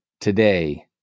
today